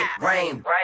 rain